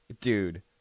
Dude